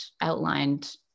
outlined